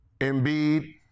Embiid